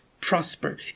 prosper